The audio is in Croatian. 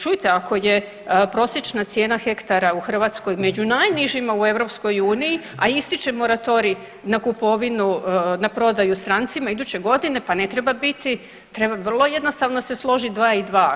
Čujte ako je prosječna cijena hektara u Hrvatskoj među najnižima u Europskoj uniji, a ističe moratorij na kupovinu, na prodaju strancima iduće godine pa ne treba biti, treba vrlo jednostavno se složiti dva i dva.